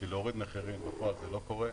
הורדת מחירים, בפועל זה לא קורה.